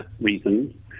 reason